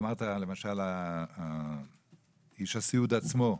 אמרת למשל על איש הסיעוד עצמו,